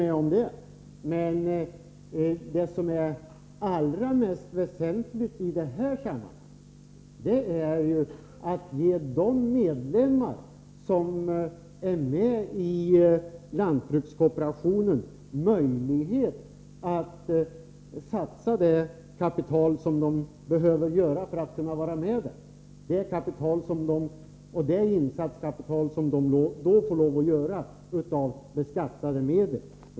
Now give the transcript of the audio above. Men det som är allra väsentligast i detta sammanhang är att medlemmarna i lantbrukskooperationen får möjlighet att satsa det kapital som behövs för att de skall kunna vara med där. Det insatskapital som då behövs tas av beskattade medel.